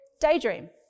daydream